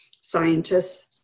scientists